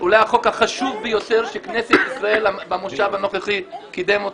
אולי החוק החשוב ביותר שכנסת ישראל במושב הנוכחי קידמה אותו.